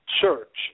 church